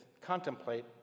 contemplate